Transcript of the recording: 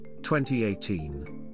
2018